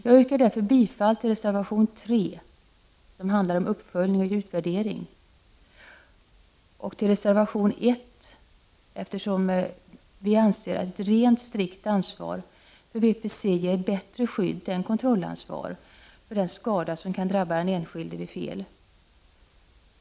Jag yrkar därför bifall till reservation 3, om uppföljning och utvärdering av lagstiftningen, och till reservation 1, eftersom vi anser att ett rent, strikt ansvar för VPC ger ett bättre skydd än kontrollansvar för den skada som kan drabba den enskilde vid fel.